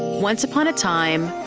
once upon a time,